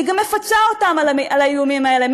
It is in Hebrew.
היא גם מפצה אותם על האיומים האלה,